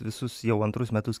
visus jau antrus metus